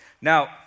Now